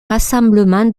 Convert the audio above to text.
rassemblement